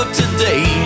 today